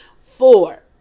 Four